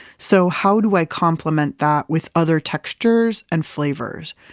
so how do i compliment that with other textures and flavors?